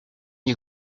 you